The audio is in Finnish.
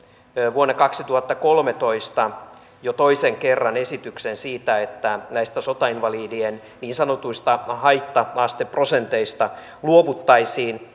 vuonna kaksituhattakolmetoista jo toisen kerran esityksen siitä että näistä sotainvalidien niin sanotuista haitta asteprosenteista luovuttaisiin